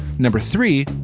number three,